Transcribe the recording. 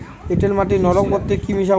এঁটেল মাটি নরম করতে কি মিশাব?